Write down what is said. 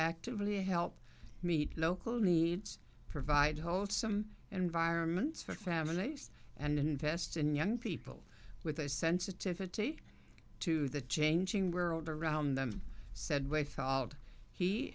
actively help meet local needs provide hold some environments for families and invest in young people with a sensitivity to the changing world around them said wa